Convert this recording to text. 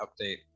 update